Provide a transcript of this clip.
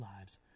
lives